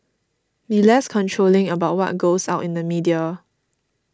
be less controlling about what goes out in the media